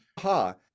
ha